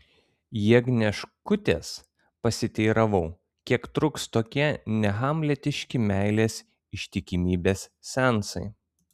jagnieškutės pasiteiravau kiek truks tokie nehamletiški meilės ištikimybės seansai